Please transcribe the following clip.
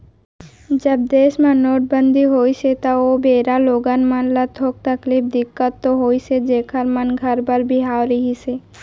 जब देस म नोटबंदी होइस त ओ बेरा लोगन मन ल थोक तकलीफ, दिक्कत तो होइस हे जेखर मन घर बर बिहाव रहिस हे